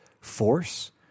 force